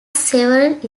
several